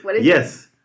Yes